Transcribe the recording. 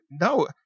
No